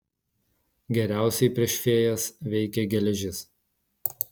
geriausiai prieš fėjas veikia geležis